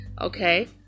Okay